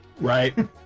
Right